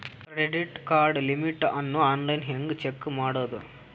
Credit card limit ಅನ್ನು online ಹೆಂಗ್ check ಮಾಡೋದು?